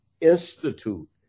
Institute